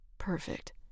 perfect